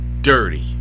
dirty